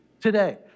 today